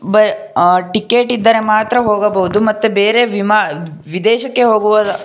ಬ ಟಿಕೆಟ್ ಇದ್ದರೆ ಮಾತ್ರ ಹೋಗಬಹುದು ಮತ್ತು ಬೇರೆ ವಿಮಾ ವಿದೇಶಕ್ಕೆ ಹೋಗುವ